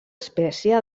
espècie